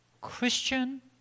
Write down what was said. Christian